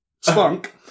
spunk